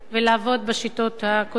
ולעבוד בשיטות הקודמות,